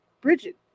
Bridget